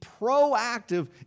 proactive